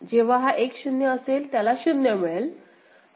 जेव्हा हा 1 0 असेल त्याला 0 मिळेल